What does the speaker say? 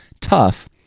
tough